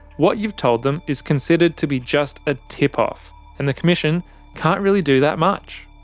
what you've told them is considered to be just a tip-off and the commission can't really do that much.